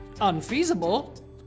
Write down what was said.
unfeasible